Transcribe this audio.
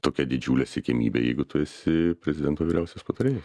tokia didžiulė siekiamybė jeigu tu esi prezidento vyriausias patarėjas